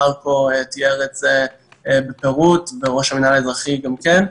מרקו תיאר את זה בפירוט וראש המינהל האזרחי גם כן.